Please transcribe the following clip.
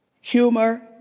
humor